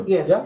Yes